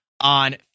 on